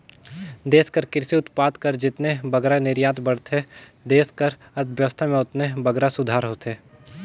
देस कर किरसी उत्पाद कर जेतने बगरा निरयात बढ़थे देस कर अर्थबेवस्था में ओतने बगरा सुधार होथे